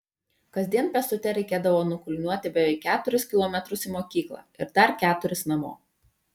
kasdien pėstute reikėdavo nukulniuoti beveik keturis kilometrus į mokyklą ir dar keturis namo